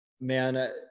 Man